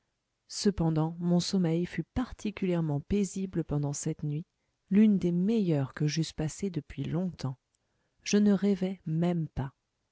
cependant mon sommeil fut particulièrement paisible pendant cette nuit l'une des meilleures que j'eusse passées depuis longtemps je ne rêvai même pas